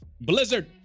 Blizzard